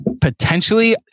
potentially